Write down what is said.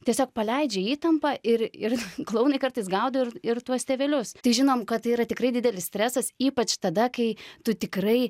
tiesiog paleidžia įtampą ir ir klounai kartais gaudo ir ir tuos tėvelius tik žinom kad tai yra tikrai didelis stresas ypač tada kai tu tikrai